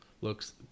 looks